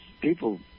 people